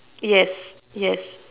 yes